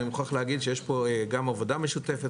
אני מוכרח להגיע שיש פה גם עבודה משותפת